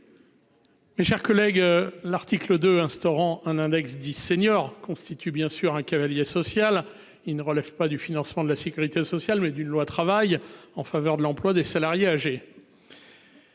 Mes chers collègues. L'article 2 instaurant un index dits seniors constituent bien sûr un cavalier social il ne relève pas du financement de la Sécurité sociale, mais d'une loi travail en faveur de l'emploi des salariés âgés.